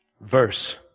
verse